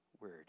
word